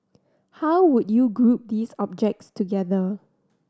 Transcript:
how would you group these objects together